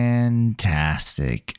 Fantastic